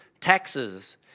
taxes